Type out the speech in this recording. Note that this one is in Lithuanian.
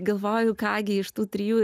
galvoju ką gi iš tų trijų